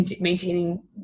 maintaining